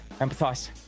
empathize